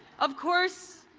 of course,